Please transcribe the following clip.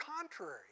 contrary